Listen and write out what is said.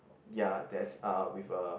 ya there's uh with a